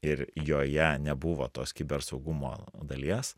ir joje nebuvo tos kiber saugumo dalies